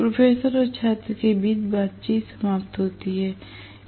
professor और छात्र के बीच बातचीत समाप्त होती है